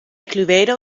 cluedo